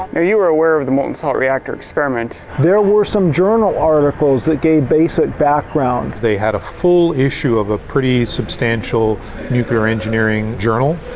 ah you were aware of the molten salt reactor experiment? there were some journal articles that gave basic background. they had a full issue of a pretty substantial nuclear engineering journal.